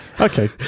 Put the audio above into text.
Okay